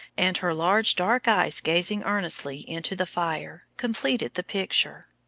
and her large dark eyes gazing earnestly into the fire, completed the picture.